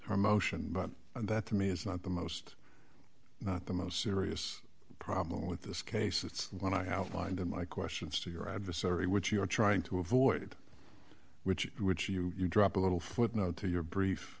her motion but that to me is not the most not the most serious problem with this case it's when i outlined in my questions to your adversary which you are trying to avoid which would you drop a little footnote to your brief